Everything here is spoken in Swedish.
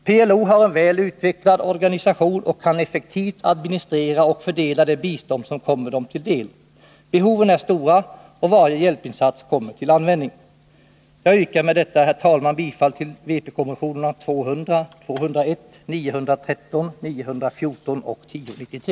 PLO har en väl utvecklad organisation och kan effektivt administrera och fördela det bistånd som kommer organisationen till del. Behoven är stora, och varje hjälpinsats kommer till användning. Herr talman! Med detta yrkar jag bifall till vpk-motionerna 1210 utom vad avser yrk. 2 f rörande Angola och 2 i, 200, 201, 913 och 914.